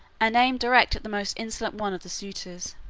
and aimed direct at the most insolent one of the suitors.